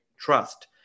trust